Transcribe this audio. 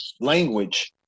language